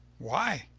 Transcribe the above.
why?